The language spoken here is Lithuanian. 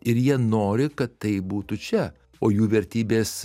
ir jie nori kad tai būtų čia o jų vertybės